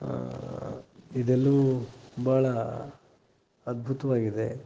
ಇದೆಲ್ಲವೂ ಬಹಳ ಅದ್ಭುತವಾಗಿದೆ